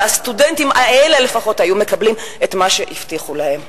אבל הסטודנטים האלה לפחות היו מקבלים את מה שהבטיחו להם.